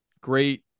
great